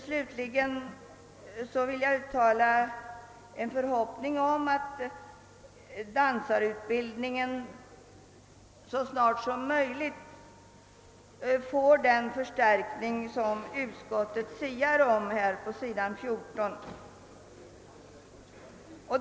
Slutligen vill jag uttala en förhoppning om att dansutbildningen så snart som möjligt får den förstärkning som utskottet siar om på sidan 14.